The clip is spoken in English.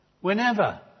whenever